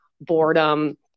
boredom